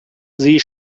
sie